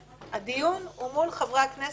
הדיון הוא מול חברי הכנסת.